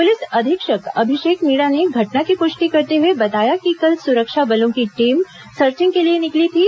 police अधीक्षक अभिषेक मीणा ने घटना की पुष्टि करते हुए बताया कि कल सुरक्षा बलों की टीम सर्चिंग के लिए निकली थी